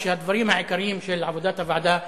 הדברים העיקריים של עבודת הוועדה,